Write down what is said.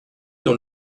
dont